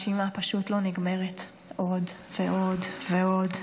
והרשימה פשוט לא נגמרת, עוד ועוד ועוד.